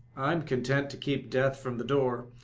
i am content to keep death from the door.